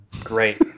great